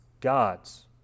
God's